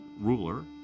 ruler